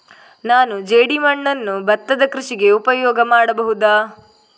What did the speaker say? ನಾನು ಜೇಡಿಮಣ್ಣನ್ನು ಭತ್ತದ ಕೃಷಿಗೆ ಉಪಯೋಗ ಮಾಡಬಹುದಾ?